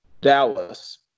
Dallas